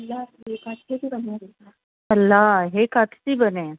अलाह हे किथे थी वञे हली अलाह हे किथे थी वञे